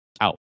out